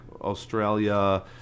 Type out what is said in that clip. Australia